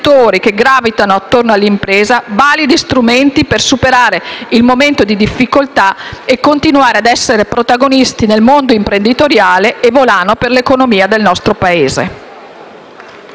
che gravitano intorno ad un'impresa validi strumenti per superare il momento di difficoltà e continuare ad essere protagonisti nel mondo imprenditoriale e volano per l'economia del nostro Paese.